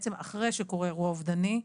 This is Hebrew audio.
בעצם אחרי שקורה אירוע אובדני,